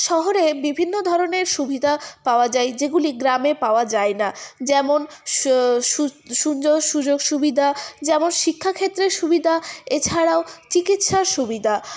শহরে বিভিন্ন ধরনের সুবিধা পাওয়া যায় যেগুলি গ্রামে পাওয়া যায় না যেমন সুন্দর সুযোগ সুবিধা যেমন শিক্ষা ক্ষেত্রে সুবিধা এছাড়াও চিকিৎসার সুবিধা